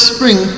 Spring